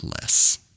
less